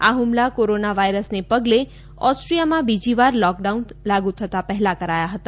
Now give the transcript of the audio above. આ હુમલો કોરોના વાયરસને પગલે ઓસ્ટ્રિયામાં બીજી વાર લોકડાઉન લાગુ થતા પહેલા કરાયો હતો